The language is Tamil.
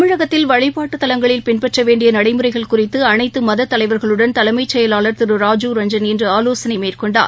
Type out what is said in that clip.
தமிழகத்தில் வழிபாட்டுத் தலங்களில் பின்பற்றவேண்டியநடைமுறைகள் குறித்துஅனைத்தமதத் தலைவர்களுடன் தலைமைச் செயலாளர் திருராஜீவ் ரஞ்சன் இன்றுஆலோசனைமேற்கொண்டார்